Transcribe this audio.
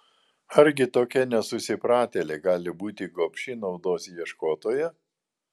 argi tokia nesusipratėlė gali būti gobši naudos ieškotoja